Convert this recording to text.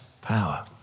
power